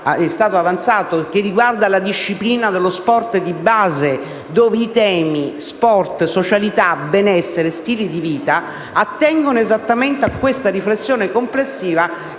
abbastanza avanzato, che riguarda la disciplina dello sport di base, dove i temi sport, socialità, benessere e stili di vita attengono esattamente alla riflessione complessiva.